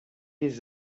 des